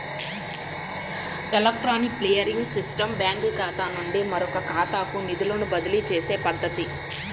electronic clearing system బ్యాంకుఖాతా నుండి మరొకఖాతాకు నిధులను బదిలీచేసే పద్ధతి